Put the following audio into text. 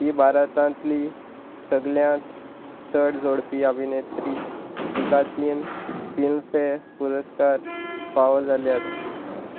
ती भारतांतली सगळ्यांत चड जोडपी अभिनेत्री तिका तीन फिल्मफेर पुरस्कार फावो जाल्यात